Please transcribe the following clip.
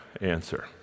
answer